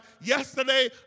yesterday